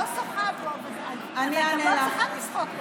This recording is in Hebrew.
את לא שוחה בו ואת גם לא צריכה לשחות בו,